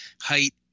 height